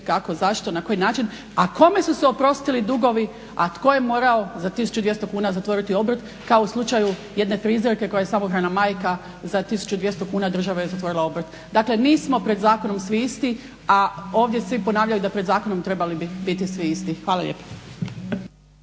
kako, zašto i na koji način, a kome su se oprostili dugovi, a tko je morao za 1200 kuna zatvoriti obrt kao u slučaju jedne frizerke koja je samohrana majka za 1200 kuna država joj zatvorila obrt. Dakle, nismo pred zakonom svi isti, a ovdje svi ponavljaju da pred zakonom trebali bi biti svi isti. Hvala lijepa.